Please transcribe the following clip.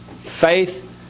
faith